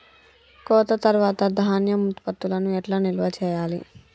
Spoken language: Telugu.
కోత తర్వాత ధాన్యం ఉత్పత్తులను ఎట్లా నిల్వ చేయాలి?